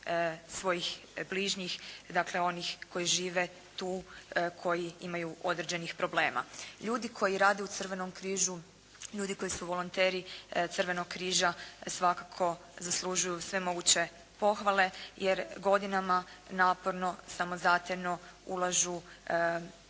svojih bližnjih, dakle onih koji žive tu, koji imaju određenih problema. Ljudi koji rade u Crvenom križu, ljudi koji su volonteri Crvenog križa svakako zaslužuju sve moguće pohvale jer godinama naporno samozatajno ulažu